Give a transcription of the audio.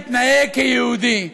התנהג כיהודי.